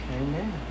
Amen